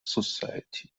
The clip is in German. society